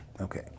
Okay